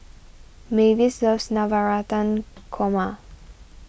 Mavis loves Navratan Korma